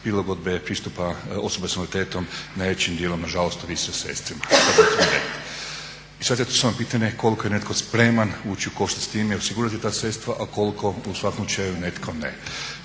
prilagodbe pristupa osoba s invaliditetom najvećim dijelom nažalost ovise o sredstvima. I sad je tu samo pitanje koliko je netko spreman ući u koštu s time i osigurati ta sredstva a koliko u svakom slučaju netko nije.